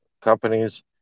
companies